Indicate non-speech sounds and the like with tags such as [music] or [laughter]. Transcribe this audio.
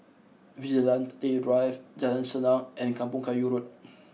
Vigilante Drive Jalan Senang and Kampong Kayu Road [noise]